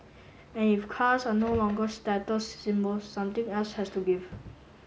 and if cars are no longer status symbols something else has to give